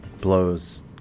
blows